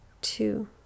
two